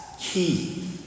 key